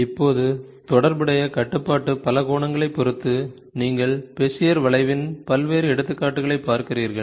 இப்போது தொடர்புடைய கட்டுப்பாட்டு பலகோணங்களைப் பொறுத்து நீங்கள் பெசியர் வளைவின் பல்வேறு எடுத்துக்காட்டுகளைப் பார்க்கிறீர்கள்